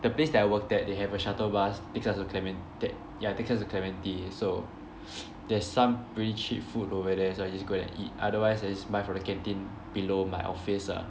the place that I worked at they have a shuttle bus because of clemen~ th~ ya because of Clementi so there's some pretty cheap food over there so I just go and eat otherwise I just buy from the canteen below my office ah